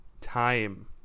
time